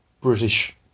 British